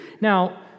Now